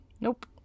Nope